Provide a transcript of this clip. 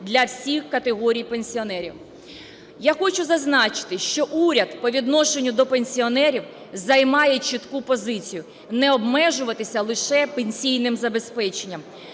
для всіх категорій пенсіонерів. Я хочу зазначити, що уряд по відношенню до пенсіонерів займає чітку позицію не обмежуватися лише пенсійним забезпеченням.